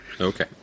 Okay